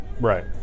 right